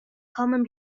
common